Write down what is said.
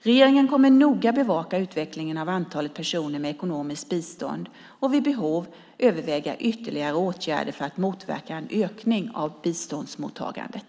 Regeringen kommer noga att bevaka utvecklingen av antalet personer med ekonomiskt bistånd och vid behov överväga ytterligare åtgärder för att motverka en ökning av biståndsmottagandet.